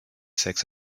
sex